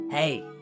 Hey